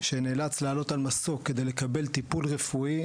שנאלץ לעלות על מסוק כדי לקבל טיפול רפואי,